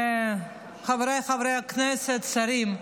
חבריי חברי הכנסת, שרים,